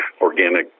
organic